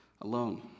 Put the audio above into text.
alone